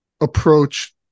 approach